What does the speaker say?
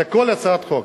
זה כל הצעת החוק.